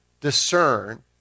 discern